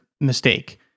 mistake